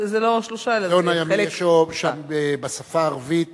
זה לא שלושה אלא זה חלק, בשפה הערבית